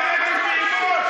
זה באמת גועל נפש.